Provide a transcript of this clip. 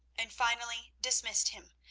and finally dismissed him,